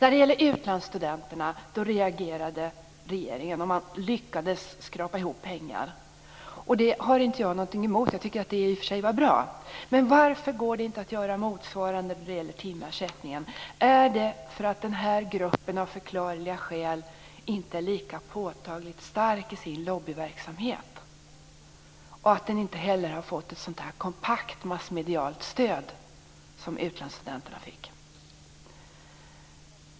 Regeringen reagerade i fråga om utlandsstudenterna och lyckades skrapa ihop pengar. Jag har inget emot det utan tycker i och för sig att det var bra. Men varför går det inte att göra motsvarande för timersättningen? Är det för att den här gruppen av förklarliga skäl inte är lika påtagligt stark i sin lobbyverksamhet och att den inte heller har fått ett sådant kompakt massmedialt stöd som utlandsstudenterna fick?